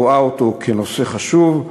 רואה אותו כנושא חשוב.